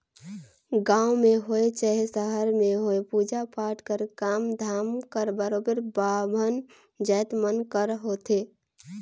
गाँव में होए चहे सहर में होए पूजा पाठ कर काम धाम हर बरोबेर बाभन जाएत मन कर होथे